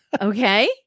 Okay